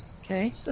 Okay